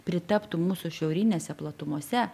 pritaptų mūsų šiaurinėse platumose